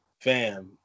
Fam